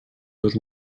dos